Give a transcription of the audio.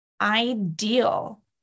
ideal